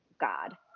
God